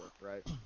right